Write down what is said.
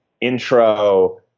intro